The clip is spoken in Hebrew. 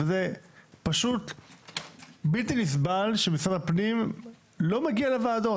זה פשוט בלתי נסבל שמשרד הפנים אינו מגיע לוועדות.